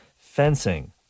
fencing